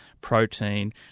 protein